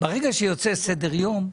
שיוצא סדר יום,